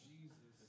Jesus